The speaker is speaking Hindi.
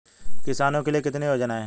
किसानों के लिए कितनी योजनाएं हैं?